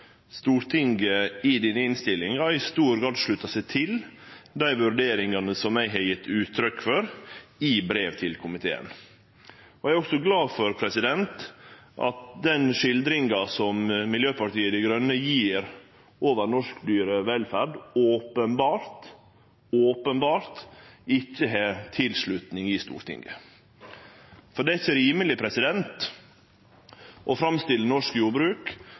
Stortinget i denne innstillinga i stor grad sluttar seg til dei vurderingane som eg har gjeve uttrykk for i brev til komiteen. Eg er også glad for at den skildringa som Miljøpartiet Dei Grøne gjev av norsk dyrevelferd, openbert ikkje har tilslutning i Stortinget. For det er ikkje rimeleg å framstille norsk jordbruk